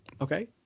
Okay